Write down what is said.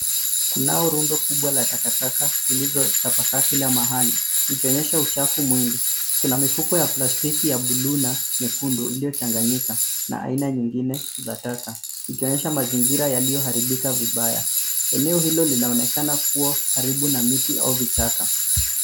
Kunao rundo kubwa la takataka zilizotapakaa kila mahali zikionyesha uchafu mwingi. Kuna mifuko ya plastiki ya bluu na nyekundu iliyochanganyika na aina nyingine za taka ikionyesha mazingira yaliyoharibika vibaya. Eneo hilo linaonekana kuwa karibu na miti au vichaka.